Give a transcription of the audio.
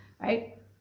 right